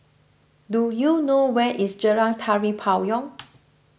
do you know where is Jalan Tari Payong